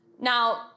Now